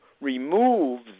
remove